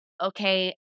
okay